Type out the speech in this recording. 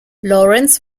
lawrence